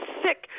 sick